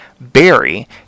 Barry